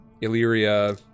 Illyria